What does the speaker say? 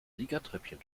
siegertreppchen